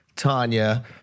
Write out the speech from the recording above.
Tanya